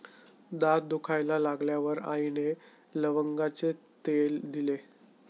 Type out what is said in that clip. दात दुखायला लागल्यावर आईने लवंगाचे तेल दिले